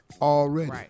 already